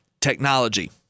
technology